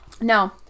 No